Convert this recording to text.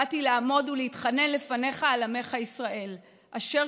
/ באתי לעמוד ולהתחנן לפניך / על עמך ישראל אשר